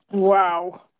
Wow